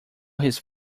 his